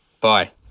Bye